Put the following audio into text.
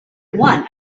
one